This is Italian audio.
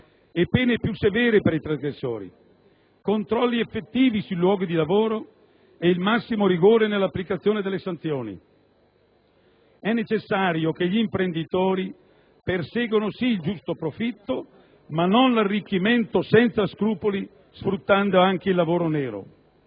e pene più severe per i trasgressori, controlli effettivi sui luoghi di lavoro e il massimo rigore nell'applicazione delle sanzioni. È necessario che gli imprenditori perseguano il giusto profitto, ma non l'arricchimento senza scrupoli sfruttando anche il lavoro nero.